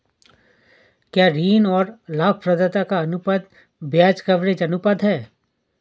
क्या ऋण और लाभप्रदाता का अनुपात ब्याज कवरेज अनुपात है?